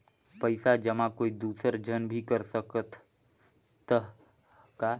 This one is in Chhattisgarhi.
पइसा जमा कोई दुसर झन भी कर सकत त ह का?